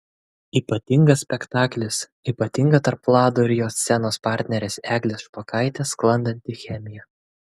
ypatingas spektaklis ypatinga tarp vlado ir jo scenos partnerės eglės špokaitės sklandanti chemija